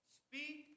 speak